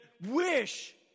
wish